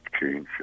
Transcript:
change